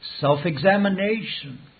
self-examination